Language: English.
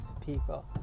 people